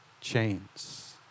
chains